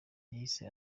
yahise